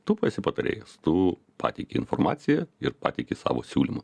tu esi patarėjas tu pateiki informaciją ir pateiki savo siūlymus